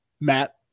Matt